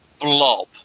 blob